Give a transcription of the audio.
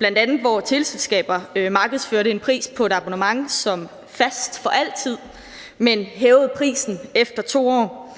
teleområdet, hvor teleselskaber bl.a. markedsførte en pris på et abonnement som fast for altid, men hævede prisen efter 2 år.